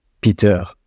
Peter